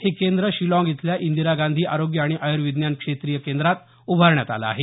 हे केंद्र शिलाँग इथल्या इंदिरा गांधी आरोग्य आणि आयुर्विज्ञान क्षेत्रिय केंद्रात उभारण्यात आलं आहे